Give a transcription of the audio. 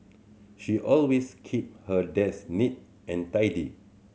she always keep her desk neat and tidy